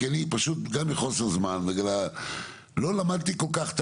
כי אני פשוט גם מחוסר זמן לא למדתי כל כך,